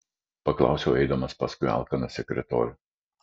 paklausiau eidamas paskui alkaną sekretorių